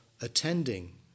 attending